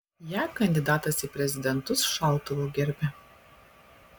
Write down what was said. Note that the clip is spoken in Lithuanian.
ją kandidatas į prezidentus šautuvu gerbia